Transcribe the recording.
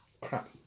crap